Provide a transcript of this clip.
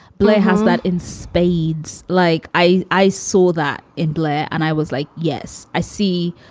blair has that in spades. like i i saw that in blair and i was like, yes, i see,